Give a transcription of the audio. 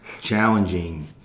challenging